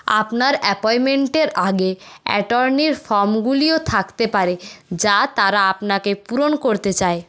আপনার অ্যাপয়েন্টমেন্টের আগে অ্যাটর্নির ফর্মগুলিও থাকতে পারে যা তারা আপনাকে পূরণ করতে চায়